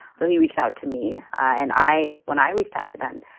so he reached out to me. and i when i reached out to them,